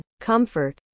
Comfort